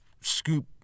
scoop